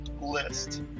list